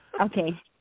Okay